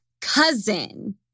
cousin